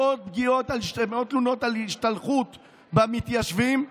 מאות תלונות על השתלחות במתיישבים,